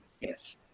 Yes